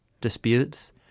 disputes